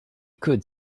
could